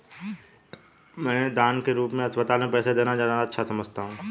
मैं दान के रूप में अस्पताल में पैसे देना ज्यादा अच्छा समझता हूँ